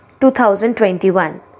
2021